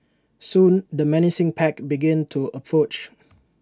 soon the menacing pack began to approach